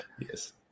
yes